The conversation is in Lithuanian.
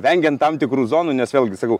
vengiant tam tikrų zonų nes vėlgi sakau